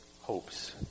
hopes